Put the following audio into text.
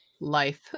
Life